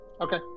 Okay